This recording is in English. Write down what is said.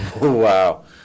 wow